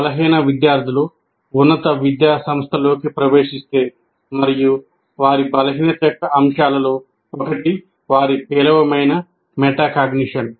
బలహీన విద్యార్థులు ఉన్నత విద్యాసంస్థలలోకి ప్రవేశిస్తే మరియు వారి బలహీనత యొక్క అంశాలలో ఒకటి వారి పేలవమైన మెటాకాగ్నిషన్